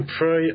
pray